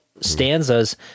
stanzas